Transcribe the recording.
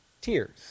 tears